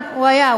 הוא היה,